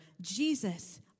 Jesus